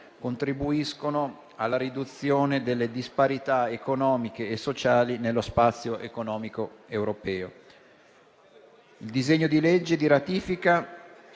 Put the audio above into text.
contribuiscono alla riduzione delle disparità economiche e sociali nello spazio economico europeo. Il disegno di legge di ratifica